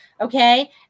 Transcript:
Okay